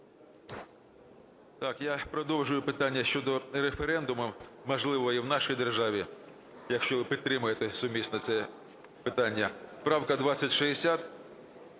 Так, я продовжую питання щодо референдуму, важливе є в нашій державі, якщо ви підтримаєте сумісно це питання. Правка 2060,